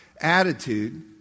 attitude